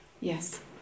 Yes